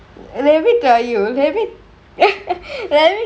let me tell you have it then